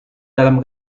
dalam